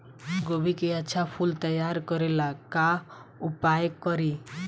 गोभी के अच्छा फूल तैयार करे ला का उपाय करी?